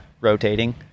rotating